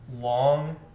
long